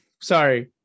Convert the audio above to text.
Sorry